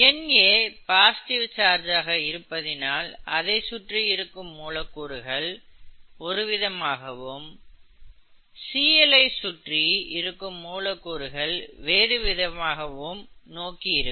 Na positive charge ஆக இருப்பதினால் அதை சுற்றி இருக்கும் மூலக்கூறுகள் ஒருவிதமாகவும் Cl ஐ சுற்றி இருக்கும் மூலக்கூறுகள் வேறு விதமாகவும் நோக்கி இருக்கும்